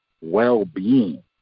well-being